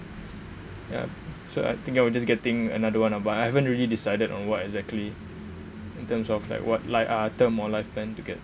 ya so I think I would just getting another one ah but I haven't really decided on what exactly in terms of like what like uh term or life plan to get